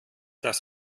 das